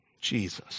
Jesus